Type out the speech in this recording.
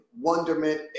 wonderment